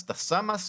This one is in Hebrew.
אז אתה שם מס סביבתי,